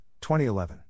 2011